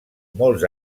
molts